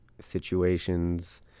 situations